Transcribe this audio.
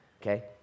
okay